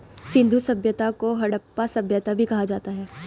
सिंधु सभ्यता को हड़प्पा सभ्यता भी कहा जाता है